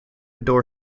door